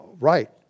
right